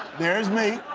there's me.